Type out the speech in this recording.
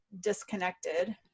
disconnected